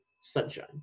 sunshine